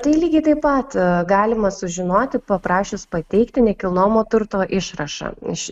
tai lygiai taip pat galima sužinoti paprašius pateikti nekilnojamo turto išrašą iš